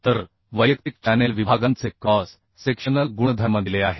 तर वैयक्तिक चॅनेल विभागांचे क्रॉस सेक्शनल गुणधर्म दिले आहेत